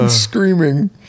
screaming